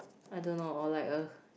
I don't know or like a